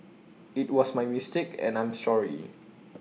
IT was my mistake and I'm sorry